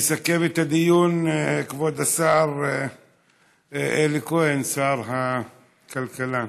יסכם את הדיון כבוד השר אלי כהן, שר הכלכלה.